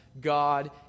god